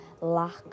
lack